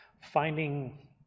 finding